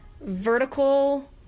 vertical